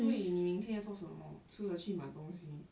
所以你明天要做什么除了去买东西